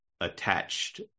attached